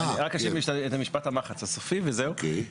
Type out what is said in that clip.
אני רק רוצה לומר לך שגם ים וגם